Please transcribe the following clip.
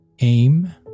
Aim